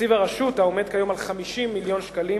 תקציב הרשות, העומד כיום על 50 מיליון שקלים,